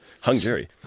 Hungary